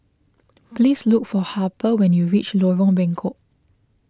please look for Harper when you reach Lorong Bengkok